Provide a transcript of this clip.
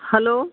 hello